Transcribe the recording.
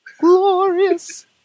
Glorious